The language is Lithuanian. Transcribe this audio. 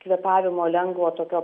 kvėpavimo lengvo tokio